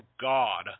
god